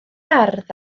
ardd